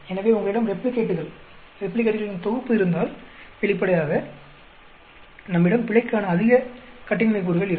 எனவே உங்களிடம் ரெப்ளிகேட்டுகள் ரெப்ளிகேட்டுகளின் தொகுப்பு இருந்தால் வெளிப்படையாக நம்மிடம் பிழைக்கான அதிக கட்டின்மை கூறுகள் இருக்கும்